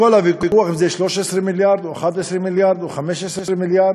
כל הוויכוח אם זה 13 מיליארד או 11 מיליארד או 15 מיליארד,